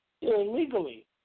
illegally